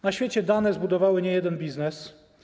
Na świecie dane zbudowały niejeden biznes.